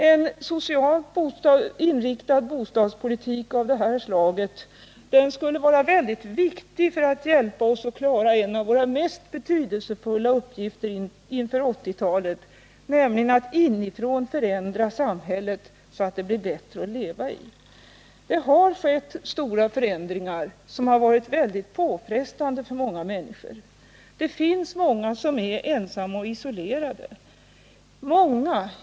En socialt inriktad bostadspolitik av detta slag skulle vara mycket viktig för att hjälpa oss att klara en av våra mest betydelsefulla uppgifter inför 1980-talet, nämligen att inifrån förändra samhället så det blir bättre att leva i. Det har skett stora förändringar som har varit väldigt påfrestande för många människor. Det finns många som är ensamma och isolerade.